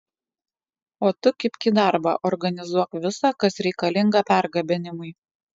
o tu kibk į darbą organizuok visa kas reikalinga pergabenimui